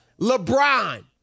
LeBron